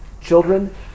Children